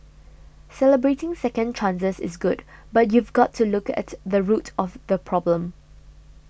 celebrating second chances is good but you've got to look at the root of the problem